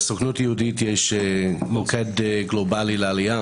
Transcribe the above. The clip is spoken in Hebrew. לסוכנות היהודית יש מוקד גלובלי לעלייה